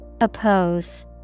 Oppose